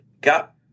got